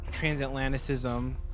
Transatlanticism